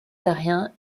terrien